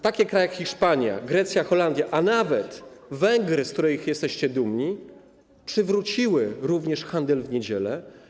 Takie kraje jak Hiszpania, Grecja, Holandia, a nawet Węgry, z których jesteście dumni, przywróciły handel w niedziele.